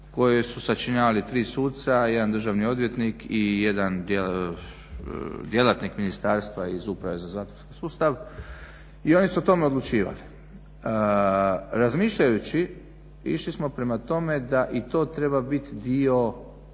koji su sačinjavali tri suca, jedan državni odvjetnik i jedan djelatnik ministarstva iz Uprave za zatvorski sustav i oni su o tome odlučivali. Razmišljajući išli smo prema tome da i to treba bit dio